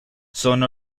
son